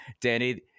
Danny